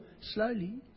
slowly